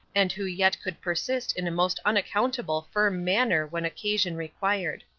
and who yet could persist in a most unaccountable firm manner when occasion required.